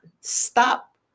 stop